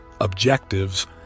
objectives